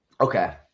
Okay